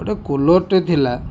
ଗୋଟେ କୁଲରଟେ ଥିଲା